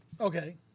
Okay